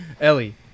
ellie